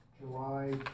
July